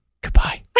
goodbye